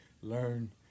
learn